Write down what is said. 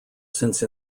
since